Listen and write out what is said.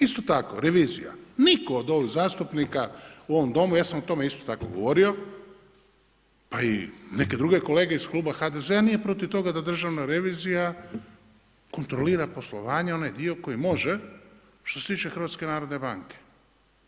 Isto tako revizija, niko od zastupnika u ovom Domu ja sam o tome isto tako govori, a i neke druge kolege iz kluba HDZ-a nije protiv toga da Državna revizija kontrolira poslovanje onaj dio koji može što se tiče HNB-a.